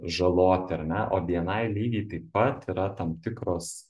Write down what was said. žaloti ar ne o bni lygiai taip pat yra tam tikros